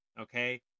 Okay